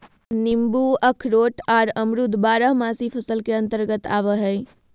नींबू अखरोट आर अमरूद बारहमासी फसल के अंतर्गत आवय हय